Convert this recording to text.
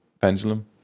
pendulum